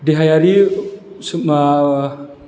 देहायारि मा